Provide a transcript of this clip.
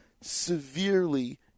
severely